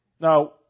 Now